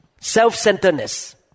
self-centeredness